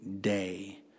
day